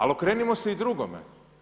Ali okrenimo se i drugome.